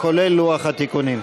כולל לוח התיקונים.